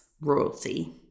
royalty